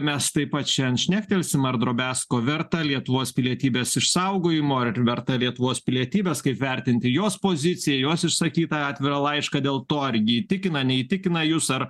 mes taip pat šiandien šnektelsim ar drobesko verta lietuvos pilietybės išsaugojimo ar verta lietuvos pilietybės kaip vertinti jos poziciją jos išsakytą atvirą laišką dėl to ar ji įtikina neįtikina jus ar